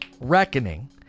reckoning